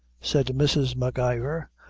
said mrs. m'ivor,